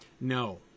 no